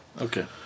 Okay